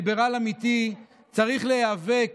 ליברל אמיתי צריך להיאבק